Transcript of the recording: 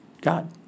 God